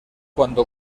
cuando